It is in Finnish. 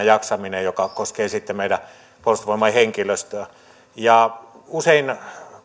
jaksaminen joka koskee meidän puolustusvoimain henkilöstöä usein